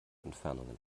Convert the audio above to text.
entfernungen